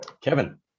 Kevin